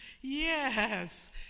Yes